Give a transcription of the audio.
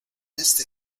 este